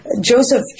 Joseph